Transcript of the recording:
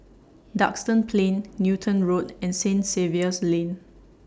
Duxton Plain Newton Road and Saint Xavier's Lane